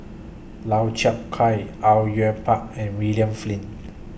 Lau Chiap Khai Au Yue Pak and William Flint